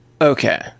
Okay